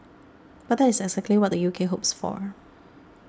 but that is exactly what the U K hopes for